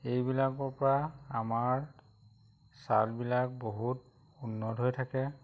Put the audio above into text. এইবিলাকৰ পৰা আমাৰ চালবিলাক বহুত উন্নত হৈ থাকে